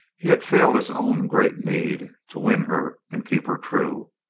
he had failed his own great need, to win her and keep her true.